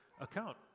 account